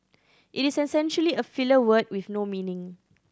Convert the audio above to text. it is essentially a filler word with no meaning